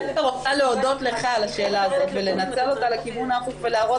אני דווקא רוצה להודות לך על השאלה הזאת ולנצל אותה לכיוון ההפוך ולהראות